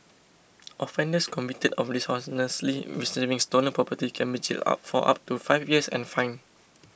offenders convicted of dishonestly receiving stolen property can be jailed up for up to five years and fined